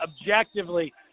objectively